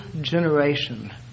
generation